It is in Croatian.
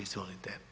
Izvolite.